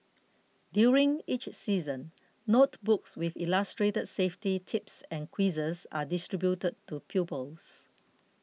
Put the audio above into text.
during each season notebooks with illustrated safety tips and quizzes are distributed to pupils